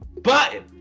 button